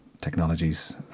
technologies